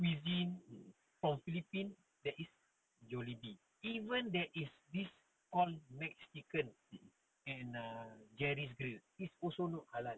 mmhmm